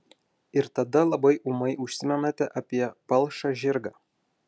ir tada labai ūmai užsimenate apie palšą žirgą